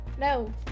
No